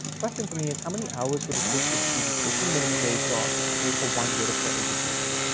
question for me is, how many hours would it take this student, working a minimum wage job, to pay for one year of their education.